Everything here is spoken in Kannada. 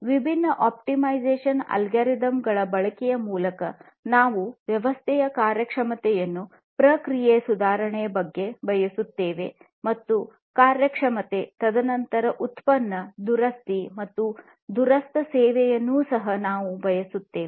ವಿಭಿನ್ನ ಆಪ್ಟಿಮೈಸೇಶನ್ ಅಲ್ಗೊರಿದಮ್ ಗಳ ಬಳಕೆಯ ಮೂಲಕ ನಾವು ವ್ಯವಸ್ಥೆಯ ಕಾರ್ಯಕ್ಷಮತೆಯನ್ನು ಪ್ರಕ್ರಿಯೆಯ ಸುಧಾರಣೆಗೆ ಬಯಸುತ್ತೇವೆ ಮತ್ತು ಕಾರ್ಯಕ್ಷಮತೆ ತದನಂತರ ಉತ್ಪನ್ನ ದುರಸ್ತಿ ಮತ್ತು ದೂರಸ್ಥ ಸೇವೆಯನ್ನು ಸಹ ನಾವು ಬಯಸುತ್ತೇವೆ